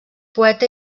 poeta